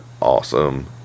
awesome